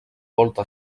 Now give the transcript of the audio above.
volta